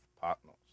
partners